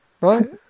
right